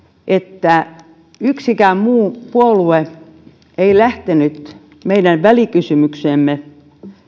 että yksikään muu puolue ei lähtenyt mukaan meidän välikysymykseemme